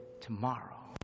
tomorrow